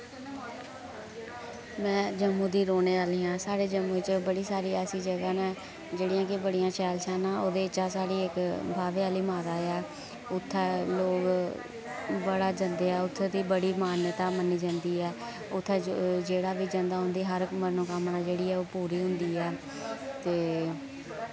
मैं जम्मू दी रौह्ने आह्ली आं साढ़े जम्मू च बड़ी सारी ऐसी जगह न जेह्ड़ियां कि बड़ियां शैल शैल न ओह्दे चा साढ़ी इक बाह्वे आह्ली माता ऐ उत्थै लोक बड़ा जन्दे ऐ उत्थै दी बड़ी मान्यता मन्नी जंदी ऐ उत्थै ज जेह्ड़ा बी जंदा उं'दी हर मनोकामना जेह्ड़ी ऐ ओह् पूरी होंदी ऐ ते